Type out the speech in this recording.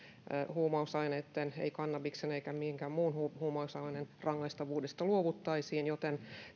huumausaineitten ei kannabiksen eikä minkään muun huumausaineen rangaistavuudesta luovuttaisiin joten